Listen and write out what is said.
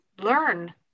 learn